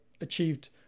achieved